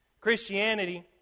Christianity